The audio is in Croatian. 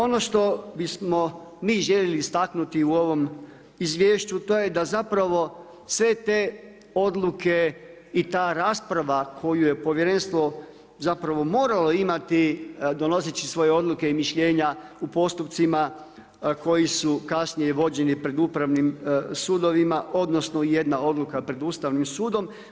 Ono što bismo mi željeli istaknuti u ovom izvješću to je da zapravo sve te odluke i ta rasprava koju je povjerenstvo zapravo moralo imati donoseći svoje odluke i mišljenja u postupcima koji su kasnije vođeni pred Upravnim sudovima, odnosno jedna odluka pred Ustavnim sudom.